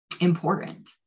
important